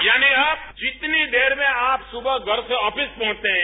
यानी अब जितनी देर में आप सुबह घर से आफिस पहुंवते हैं